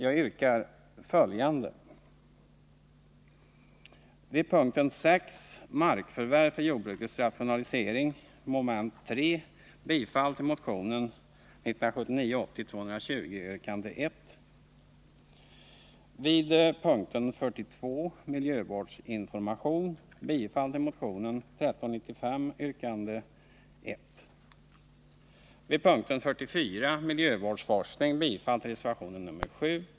Jag yrkar följande: Vid punkten 44, Miljövårdsforskning, yrkar jag bifall till reservation 7.